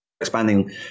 expanding